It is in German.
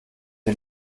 den